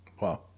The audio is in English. Wow